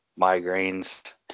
migraines